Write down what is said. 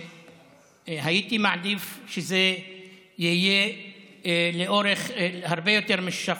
הייתי מעדיף שזה יהיה לאורך הרבה יותר משישה חודשים,